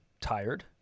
tired